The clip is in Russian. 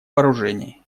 вооружений